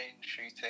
shooting